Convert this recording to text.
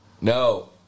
No